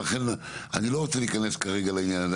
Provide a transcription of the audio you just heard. ולכן אני לא רוצה להיכנס כרגע לעניין הזה.